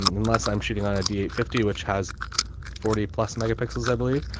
and unless i'm shooting on a d eight fifty, which has forty plus megapixels i believe.